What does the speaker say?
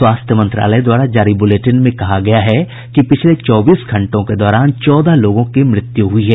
स्वास्थ्य मंत्रालय द्वारा जारी बुलेटिन में कहा गया है कि पिछले चौबीस घंटों के दौरान चौदह लोगों की मृत्यु हुयी है